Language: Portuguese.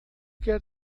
quer